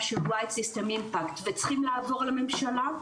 של White System Impact וצריכים לעבור על הממשלה,